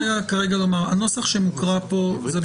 הנוסח שמוקרא כאן,